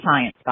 science